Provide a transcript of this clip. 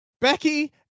Becky